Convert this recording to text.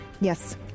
Yes